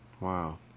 Wow